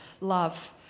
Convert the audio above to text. love